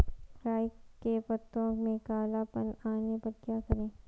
राई के पत्तों में काला पन आने पर क्या करें?